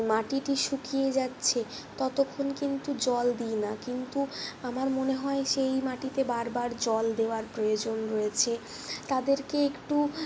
মাটিটি শুকিয়ে যাচ্ছে ততক্ষণ কিন্তু জল দিই না কিন্তু আমার মনে হয় সেই মাটিতে বার বার জল দেওয়ার প্রয়োজন রয়েছে তাদেরকে একটু